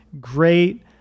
great